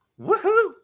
Woohoo